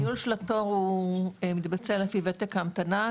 הניהול של התור הוא מתבצע לפי וותק ההמתנה,